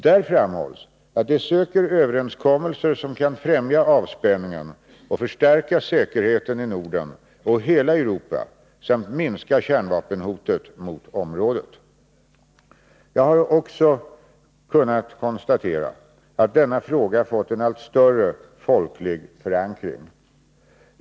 Där framhölls att de söker överenskommelser som kan främja avspänningen och förstärka säkerheten i Norden och hela Europa samt minska kärnvapenhotet mot området. Jag har också kunnat konstatera att denna fråga har fått en allt större folklig förankring.